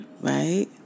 right